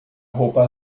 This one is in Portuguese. roupa